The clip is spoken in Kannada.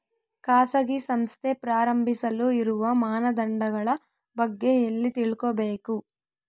ಖಾಸಗಿ ಸಂಸ್ಥೆ ಪ್ರಾರಂಭಿಸಲು ಇರುವ ಮಾನದಂಡಗಳ ಬಗ್ಗೆ ಎಲ್ಲಿ ತಿಳ್ಕೊಬೇಕು?